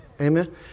Amen